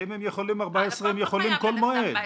חייב עד 14 יום,